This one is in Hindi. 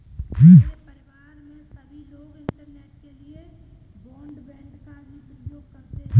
मेरे परिवार में सभी लोग इंटरनेट के लिए ब्रॉडबैंड का भी प्रयोग करते हैं